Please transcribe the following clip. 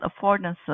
affordances